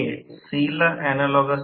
तर याचा अर्थ टॉर्क PGω S